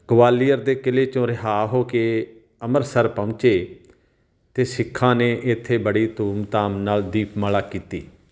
ਗਵਾਲੀਅਰ ਦੇ ਕਿਲੇ 'ਚੋਂ ਰਿਹਾ ਹੋ ਕੇ ਅੰਮ੍ਰਿਤਸਰ ਪਹੁੰਚੇ ਤਾਂ ਸਿੱਖਾਂ ਨੇ ਇੱਥੇ ਬੜੀ ਧੂਮ ਧਾਮ ਨਾਲ ਦੀਪਮਾਲਾ ਕੀਤੀ